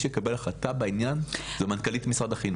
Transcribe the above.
שתקבל החלטה בעניין היא מנכ"לית משרד החינוך.